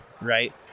right